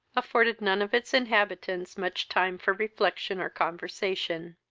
afforded non of its inhabitants much time for reflection or conversation.